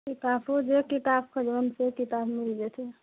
किताबो जे किताब खजान सँ किताब मिल जेतय